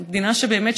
שבאמת,